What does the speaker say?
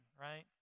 right